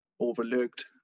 overlooked